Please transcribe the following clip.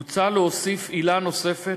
מוצע להוסיף עילה נוספת,